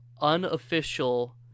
unofficial